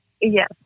Yes